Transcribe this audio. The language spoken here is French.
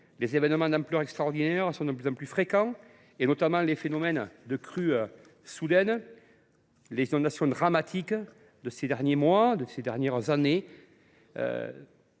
les événements d’ampleur extraordinaire sont de plus en plus fréquents, en particulier les phénomènes de crues soudaines. Les inondations dramatiques que nous avons connues ces dernières années,